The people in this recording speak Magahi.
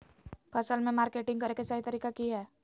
फसल के मार्केटिंग करें कि सही तरीका की हय?